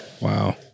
wow